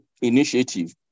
initiative